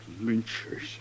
Lynchers